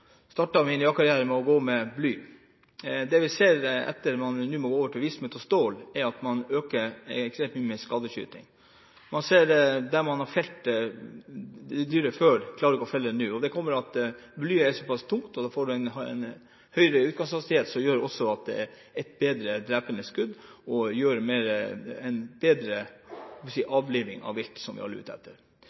stål, er at det er ekstremt mye mer skadeskyting. Man ser at der man før felte dyret, klarer man ikke å felle det nå. Det kommer av at blyet er såpass tungt, og da får man en høyere utgangshastighet som gjør at det er et mer drepende skudd. Det gir en bedre avliving av vilt, som vi alle er ute etter.